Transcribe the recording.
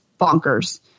bonkers